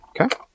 Okay